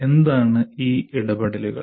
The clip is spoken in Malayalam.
എന്താണ് ഈ ഇടപെടലുകൾ